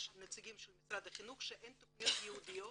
נציגי משרד החינוך שאין תכניות ייעודיות